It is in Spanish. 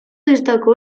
destacó